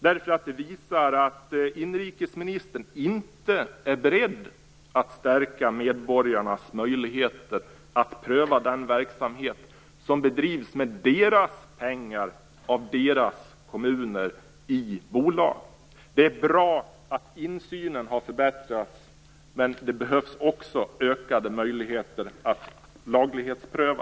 Den visar att inrikesministern inte är beredd att stärka medborgarnas möjligheter att pröva den verksamhet som bedrivs med deras pengar, av deras kommuner, i bolag. Det är bra att insynen har förbättrats, med det behövs också ökade möjligheter att laglighetspröva.